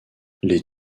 les